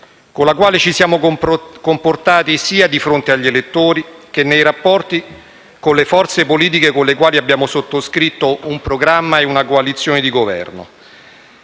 con cui ci siamo comportati sia di fronte agli elettori che nei rapporti con le forze politiche con le quali abbiamo sottoscritto un programma e una coalizione di Governo.